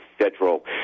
federal